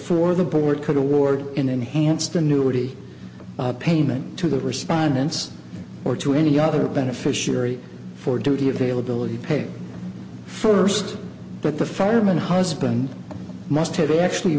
fore the board could award in enhanced annuity payment to the respondents or to any other beneficiary for duty availability paid first but the fireman husband must have actually